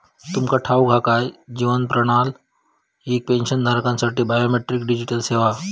तुमका ठाऊक हा काय? जीवन प्रमाण ही पेन्शनधारकांसाठी बायोमेट्रिक डिजिटल सेवा आसा